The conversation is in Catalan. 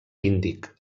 índic